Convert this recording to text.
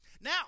Now